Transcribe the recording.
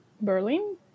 Berlin